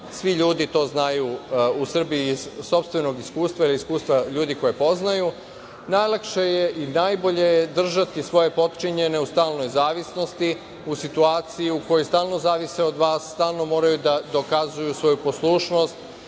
svi ljudi to znaju u Srbiji iz sopstvenog iskustva ili iskustva ljudi koje poznaju. Najlakše je i najbolje je držati svoje potčinjene u stalnoj zavisnosti u situaciji u kojoj stalno zavise od vas, stalno moraju da dokazuju svoju poslušnost,